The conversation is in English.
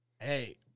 hey